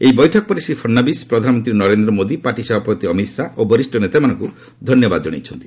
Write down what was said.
ଏହି ବୈଠକ ପରେ ଶ୍ରୀ ଫଡ଼୍ନବୀଶ ପ୍ରଧାନମନ୍ତ୍ରୀ ନରେନ୍ଦ୍ର ମୋଦି ପାର୍ଟି ସଭାପତି ଅମିତ୍ ଶାହା ଓ ବରିଷ୍ଣ ନେତାମାନଙ୍କୁ ଧନ୍ୟବାଦ ଜଣାଇଛନ୍ତି